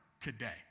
today